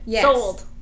Sold